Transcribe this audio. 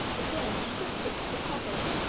again shifted the cupboard,